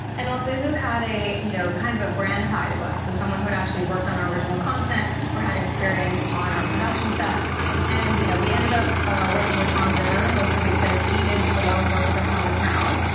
and also who had a you know kind of a brand tie to us? so someone who had actually worked on our original content or had experience on our production sets and you know we ended up ah working with hans zimmer mostly because he did a lot of work with us on the crown.